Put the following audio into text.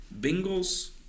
Bengals